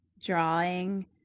drawing